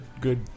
good